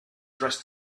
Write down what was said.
dressed